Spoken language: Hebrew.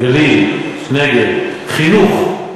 גליל, נגב, חינוך,